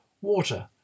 water